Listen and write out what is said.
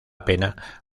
pena